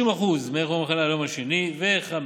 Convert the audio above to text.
50% מערך יום המחלה על היום השני, 50%